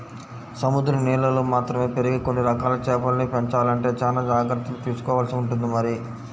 సముద్రం నీళ్ళల్లో మాత్రమే పెరిగే కొన్ని రకాల చేపల్ని పెంచాలంటే చానా జాగర్తలు తీసుకోవాల్సి ఉంటుంది మరి